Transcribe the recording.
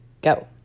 go